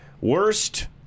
Worst